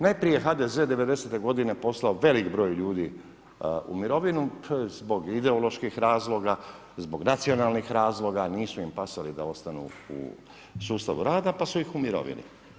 Najprije HDZ 1990. godine poslao velik broj ljudi u mirovinu zbog ideoloških razloga, zbog nacionalnih razloga, nisu im pasali da ostanu u sustavu rada pa su ih umirovili.